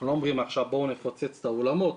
אנחנו לא אומרים עכשיו בואו נפוצץ את האולמות.